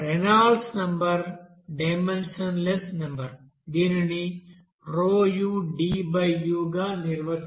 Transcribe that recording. Reynolds number dimensionless number దీనిని ρud గా నిర్వచించారు